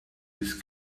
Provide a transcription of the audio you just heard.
his